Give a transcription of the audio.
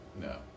No